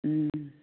ओम